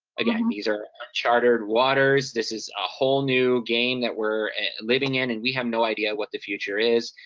again, these are unchartered waters, this is a whole new game that we're living in, and we have no idea what the future is.